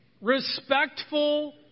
respectful